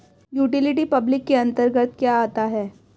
Utility public के अंतर्गत क्या आता है?